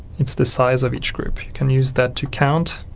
it's the size of each group you can use that to count.